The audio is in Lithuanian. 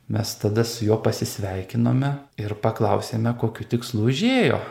mes tada su juo pasisveikinome ir paklausėme kokiu tikslu užėjo